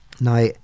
Now